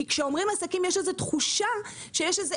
כי כשאומרים עסקים יש איזו תחושה שיש איזה